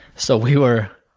so we were